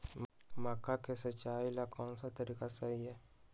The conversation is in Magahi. मक्का के सिचाई ला कौन सा तरीका सही है?